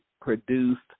produced